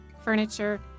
furniture